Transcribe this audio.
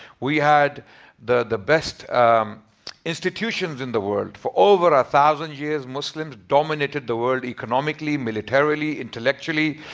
we had the the best institutions in the world. for over a thousand years muslims dominated the world, economically, militarily, intellectually,